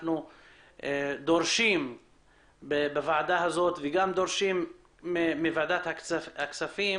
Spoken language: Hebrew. אנחנו דורשים בוועדה הזו וגם דורשים מוועדת הכספים